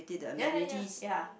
ya ya ya